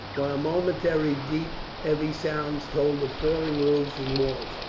while momentarily deep heavy sounds told of falling roofs and walls.